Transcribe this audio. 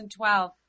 2012